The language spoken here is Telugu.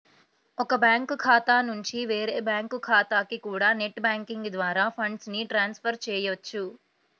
ఒక బ్యాంకు ఖాతా నుంచి వేరే బ్యాంకు ఖాతాకి కూడా నెట్ బ్యాంకింగ్ ద్వారా ఫండ్స్ ని ట్రాన్స్ ఫర్ చెయ్యొచ్చు